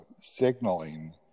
signaling